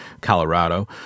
Colorado